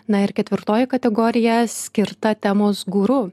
na ir ketvirtoji kategorija skirta temos guru